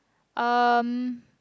um